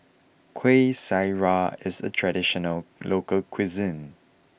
Kueh Syara is a traditional local cuisine